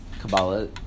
Kabbalah